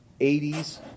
80s